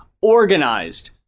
organized